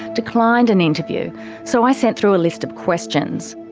declined an interview so i sent through a list of questions.